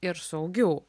ir saugių